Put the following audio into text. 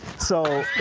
so.